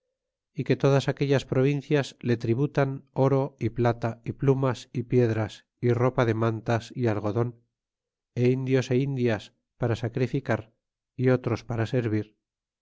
y que todas aquellas provincias le tributan oro y plata y plumas y piedras y ropa de mantas y algodon é indios a indias para sacrificar y otros para servir